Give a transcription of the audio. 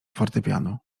fortepianu